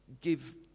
give